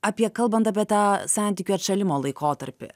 apie kalbant apie tą santykių atšalimo laikotarpį